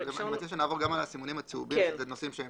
אני מציע שנעבור גם על הסימונים הצהובים שזה נושאים שהם